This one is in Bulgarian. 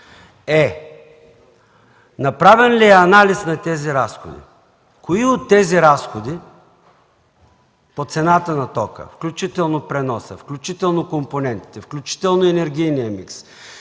е направен ли е анализ на тези разходи? Кои от тези разходи по цената на тока, включително преноса, включително компонентите, включително енергийния микс,